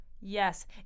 Yes